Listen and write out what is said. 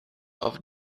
off